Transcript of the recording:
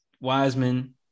Wiseman